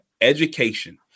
education